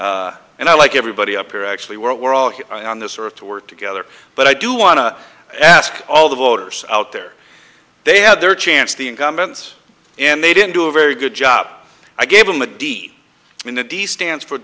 and i like everybody up here actually we're we're all here on this earth to work together but i do want to ask all the voters out there they had their chance the incumbents and they didn't do a very good job i gave them a d in the distance for